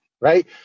right